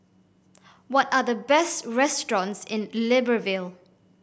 what are the best restaurants in Libreville